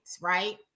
right